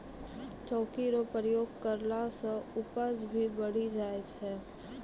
चौकी रो प्रयोग करला से उपज भी बढ़ी जाय छै